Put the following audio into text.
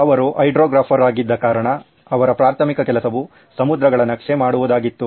ಅವರು ಹೈಡ್ರೋಗ್ರಾಫ್ ಆಗಿದ್ದ ಕಾರಣ ಅವರ ಪ್ರಾಥಮಿಕ ಕೆಲಸವು ಸಮುದ್ರಗಳ ನಕ್ಷೆ ಮಾಡುವುದಾಗಿತ್ತು